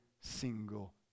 single